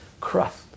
crust